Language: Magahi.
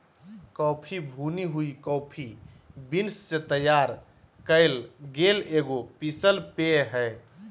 कॉफ़ी भुनी हुई कॉफ़ी बीन्स से तैयार कइल गेल एगो पीसल पेय हइ